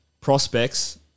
prospects